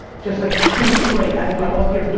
just like shoot it straight as if i wasn't here.